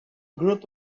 group